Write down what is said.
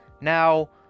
now